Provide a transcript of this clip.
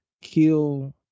kill